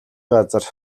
газар